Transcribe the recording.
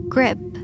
Grip